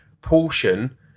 portion